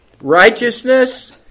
Righteousness